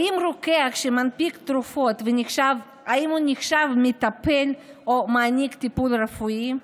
האם רוקח שמנפיק תרופות נחשב מטפל או מעניק טיפול רפואי?